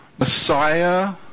Messiah